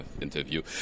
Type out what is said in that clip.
interview